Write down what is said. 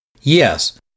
Yes